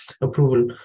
approval